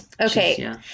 Okay